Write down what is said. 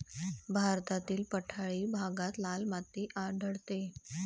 भारतातील पठारी भागात लाल माती आढळते